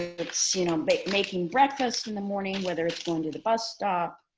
ah it's you know like making breakfast in the morning, whether it's going to the bus stop,